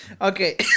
Okay